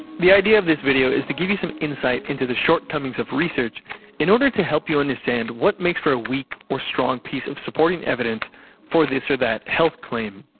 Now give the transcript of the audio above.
the idea of this video is to give some insight into the shortcomings of research in order to help you understand what makes for a weak or strong piece of supporting evidence for this or that health claim.